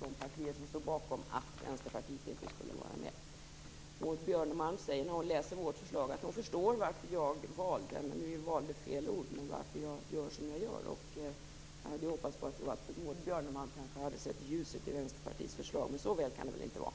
de partier som stod bakom valt att Vänsterpartiet inte skulle vara med. Maud Björnemalm säger att när hon läste vårt förslag förstod att jag valde det här - men nu är ju "valde" fel ord - eller varför jag gör som jag gör. Jag hade ju hoppats att Maud Björnemalm kanske hade sett ljuset i Vänsterpartiets förslag, men så väl kan det väl inte vara.